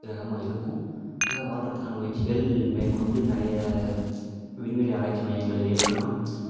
கிரகமாக இருக்கும் அங்கே வாழ்கிறதுக்கான முயற்சிகள் மேற்கொண்டு நிறைய விண்வெளி ஆராய்ச்சி மையங்கள் இருக்கலாம்